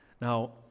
Now